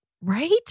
right